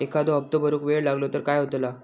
एखादो हप्तो भरुक वेळ लागलो तर काय होतला?